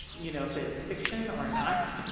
you know, if it's fiction or not. you